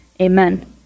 Amen